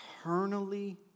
eternally